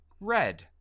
Red